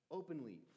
openly